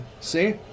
See